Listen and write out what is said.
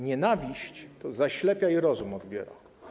Nienawiść to zaślepia i rozum odbiera.